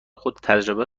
تجربه